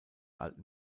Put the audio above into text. alten